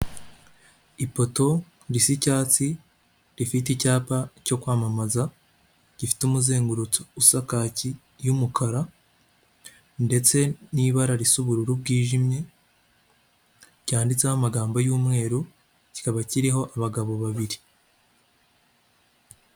Ipoto risa cyatsi rifite icyapa cyo kwamamaza gifite umuzenguruko usa kaki ry'umukara ndetse n'ibara risa ubururu bwijimye ryanditseho amagambo y'umweru, kikaba kiriho abagabo babiri.